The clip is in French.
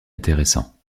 intéressants